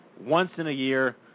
once-in-a-year